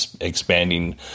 expanding